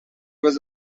was